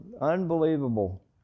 unbelievable